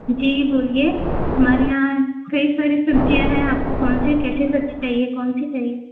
जी बोलिए हमारे यहाँ कई सारी सब्ज़ियाँ हैं आपको कौन सी कैसी सब्ज़ी चाहिए कौन सी चाहिए